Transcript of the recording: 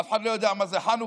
אף אחד לא יודע מה זאת חנוכה?